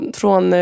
från